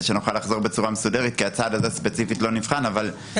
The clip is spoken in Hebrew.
שנוכל לחזור בצורה מסודרת כי הצעד הזה ספציפית לא נבחן.